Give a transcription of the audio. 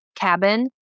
cabin